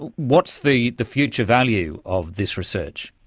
what's the the future value of this research?